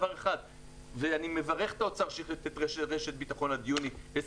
אני מברך את האוצר שהחליט לתת רשת ביטחון עד יוני21',